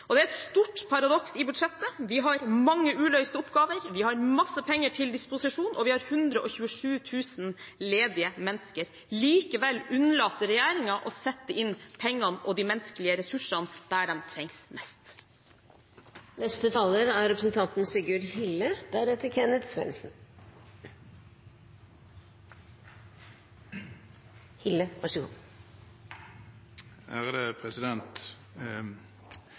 000. Det er et stort paradoks i budsjettet. Vi har mange uløste oppgaver, vi har masse penger til disposisjon og vi har 127 000 ledige mennesker. Likevel unnlater regjeringen å sette inn pengene og de menneskelige ressursene der de trengs mest. Situasjonen for landet vårt er mer utfordrende enn på lenge. Mange opplever at tidene er usikre, og særlig gjelder det dem